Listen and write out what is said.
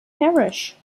parrish